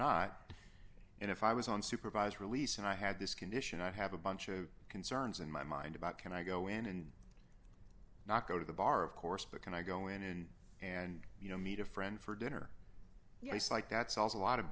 not and if i was on supervised release and i had this condition i have a bunch of concerns in my mind about can i go in and not go to the bar of course but can i go in and you know meet a friend for dinner yes like that's also a lot of